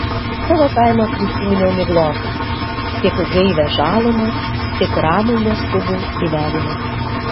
savo kaimą prisiminiau miglotai tik gaivią žalumą tik ramų neskubų gyvenimą